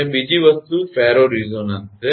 અને બીજી વસ્તુ ફેરો રેઝોનન્સ છે